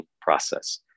process